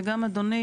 וגם אדוני,